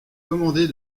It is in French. commandées